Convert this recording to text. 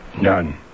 None